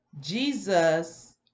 Jesus